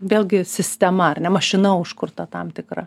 vėlgi sistema ar ne mašina užkurta tam tikra